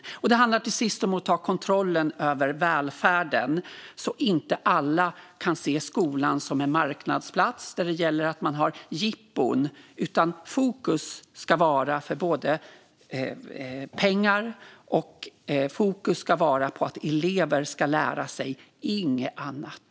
Till sist handlar det om att ta kontrollen över välfärden, så att inte alla kan se skolan som en marknadsplats där det gäller att man har jippon. Fokus ska vara på att elever ska lära sig - inget annat.